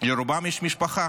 לרובם יש משפחה,